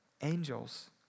Angels